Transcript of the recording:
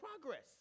progress